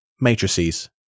Matrices